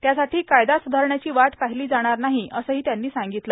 त्यासाठी कायदा सुधारण्याची वाट पाहिली जाणार नाही असंही त्यांनी सांगितलं